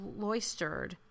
loistered